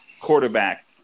quarterback